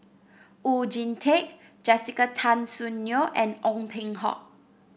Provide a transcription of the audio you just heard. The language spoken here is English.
Oon Jin Teik Jessica Tan Soon Neo and Ong Peng Hock